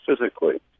physically